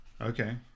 Okay